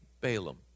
Balaam